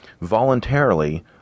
voluntarily